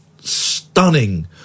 stunning